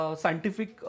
scientific